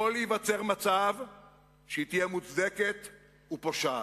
יכול להיווצר מצב שהיא תהיה מוצדקת ופושעת.